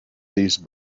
these